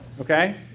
okay